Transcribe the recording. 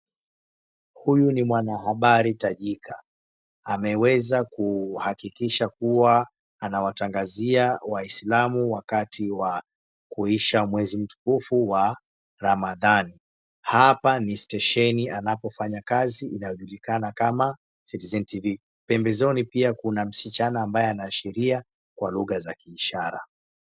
Huyu ni mwanahabari tajika. Ameweza kuhakikisha kuwa anawatangazia Waislamu wakati wa kuisha mwezimtukufu wa ramadhani. Hapa ni stesheni anapofanya kazi inapojulikana kama Citizen Tv , pembezoni pia Kuna msichana ambaye anaashiria Kwa lugha za kiishara.